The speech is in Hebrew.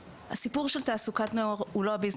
הסיפור של תעסוקת נוער הוא לא ה-